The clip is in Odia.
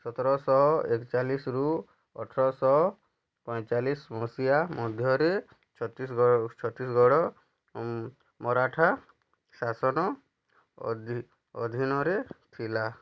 ସତରଶହ ଏକଚାଳିଶରୁ ଅଠରଶହ ପଇଁଚାଳିଶ ମସିହା ମଧ୍ୟରେ ଛତିଶଗଡ଼ ମରାଠା ଶାସନ ଅଧୀନରେ ଥିଲା